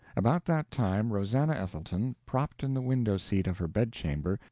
about that time rosannah ethelton, propped in the window-seat of her bedchamber,